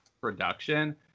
production